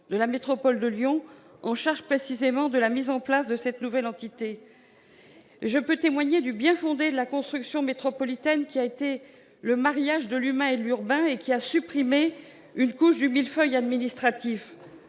de la métropole de Lyon, en charge précisément de la mise en place de cette nouvelle entité. Je puis témoigner du bien-fondé de la construction métropolitaine, qui a été le mariage de l'humain et l'urbain et qui a supprimé une couche du millefeuille administratif.